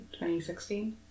2016